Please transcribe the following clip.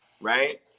right